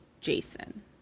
Jason